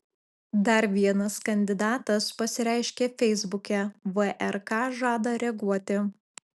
dar vienas kandidatas pasireiškė feisbuke vrk žada reaguoti